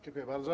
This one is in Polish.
Dziękuję bardzo.